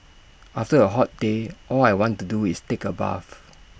after A hot day all I want to do is take A bath